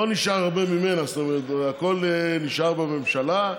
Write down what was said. לא נשאר הרבה ממנה, זאת אומרת, הכול נשאר בממשלה.